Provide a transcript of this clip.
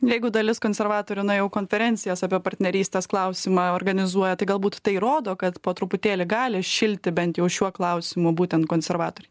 jeigu dalis konservatorių na jau konferencijas apie partnerystės klausimą organizuoja tai galbūt tai rodo kad po truputėlį gali šilti bent jau šiuo klausimu būtent konservatoriai